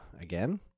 Again